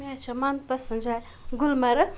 مےٚ حظ چھَم مَن پَسنٛد جاے گُلمرٕگ